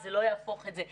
זה לא יהפוך את זה.